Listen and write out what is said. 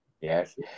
Yes